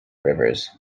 rivers